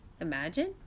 Imagine